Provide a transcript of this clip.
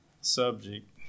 subject